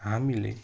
हामीले